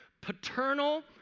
Paternal